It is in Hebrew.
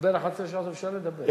לדבר 11 שעות, אפשר לדבר.